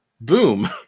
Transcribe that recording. boom